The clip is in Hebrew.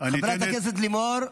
הניתנת --- חברת הכנסת לימור,